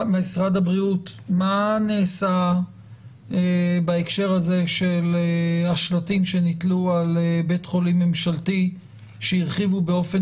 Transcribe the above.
מה נעשה בהקשר הזה של השלטים שנתלו על בית חולים ממשלתי שהרחיבו באופן